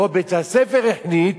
או בית-הספר החליט,